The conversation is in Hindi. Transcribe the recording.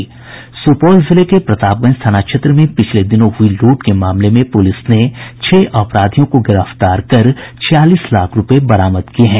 सुपौल जिले के प्रतापगंज थाना क्षेत्र में पिछले दिनों हुई लूट के मामले में पुलिस ने छह अपराधियों को गिरफ्तार कर छियालीस लाख रूपये बरामद किये हैं